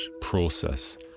process